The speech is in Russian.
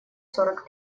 сорок